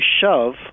shove